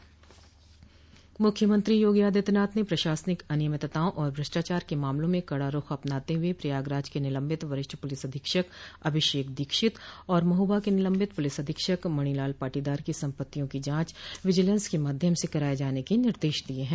मुख्यमंत्री योगी आदित्यनाथ ने प्रशासनिक अनियमितताओं और भ्रष्टाचार के मामलों में कड़ा रूख अपनाते हुए प्रयागराज के निलम्बित वरिष्ठ पुलिस अधीक्षक अभिषेक दीक्षित और महोबा के निलम्बित पुलिस अधीक्षक मणिलाल पाटीदार की सम्पत्तिया की जांच विजिलेंस के माध्यम से कराये जाने के निर्देश दिये हैं